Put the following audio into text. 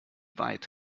weit